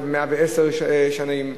ו-110 שנים,